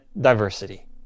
diversity